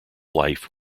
life